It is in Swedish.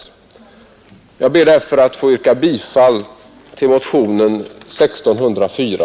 Jag ber därför att få yrka bifall till motionen 1604.